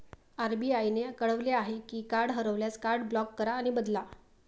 RBI ने कळवले आहे की कार्ड हरवल्यास, कार्ड ब्लॉक करा आणि बदला